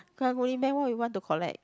karang-guni Man what would you want to collect